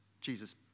Jesus